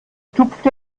tupft